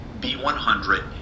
B100